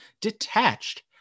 detached